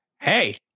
Hey